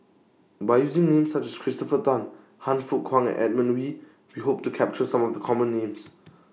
By using Names such as Christopher Tan Han Fook Kwang and Edmund Wee We Hope to capture Some of The Common Names